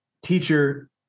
teacher